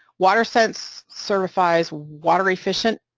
water sense certifies water-efficient